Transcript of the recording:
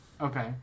Okay